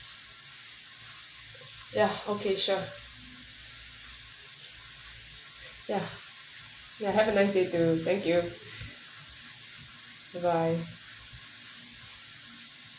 ya okay sure ya ya have a nice day too thank you bye bye